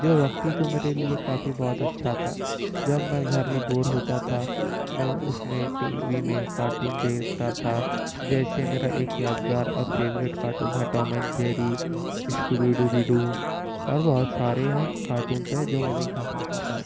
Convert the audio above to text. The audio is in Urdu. جو وقتی تو میرے لیے کافی بہت اچھا تھا جب میں گھر میں بور ہوتا تھا میں اس میں ٹی وی میں کارٹون دیکھتا تھا جیسے میرا ایک یادگار اور فیوریٹ کارٹون ہے Tom and Jerry Scooby Dooby Doo اور بہت سارے ہیں کارٹونس ہیں میں دیکھا کرتا تھا